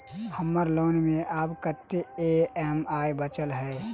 हम्मर लोन मे आब कैत ई.एम.आई बचल ह?